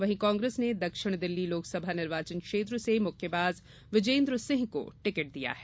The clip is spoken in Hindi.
वही कांग्रेस ने दक्षिण दिल्ली लोकसभा निर्वाचन क्षेत्र से मुक्केबाज विजेन्दर सिंह को टिकट दिया है